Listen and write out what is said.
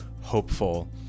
hopeful